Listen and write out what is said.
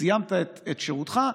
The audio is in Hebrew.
סיימת את שירותך,